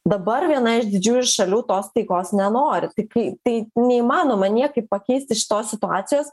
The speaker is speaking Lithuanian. dabar viena iš didžiųjų šalių tos taikos nenori tai kai tai neįmanoma niekaip pakeisti šitos situacijos